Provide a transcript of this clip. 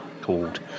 called